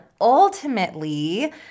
ultimately